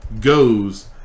goes